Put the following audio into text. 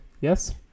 yes